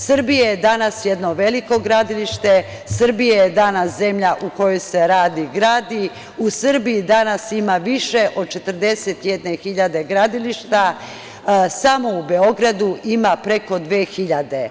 Srbija je danas jedno veliko gradilište, Srbija je danas zemlja u kojoj se radi i gradi, u Srbiji danas ima više od 41 hiljade gradilišta, samo u Beogradu ima preko 2.000.